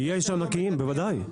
יש ענקיים, בוודאי.